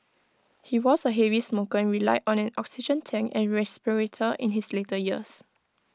he was A heavy smoker and relied on an oxygen tank and respirator in his later years